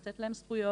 לתת להן זכויות,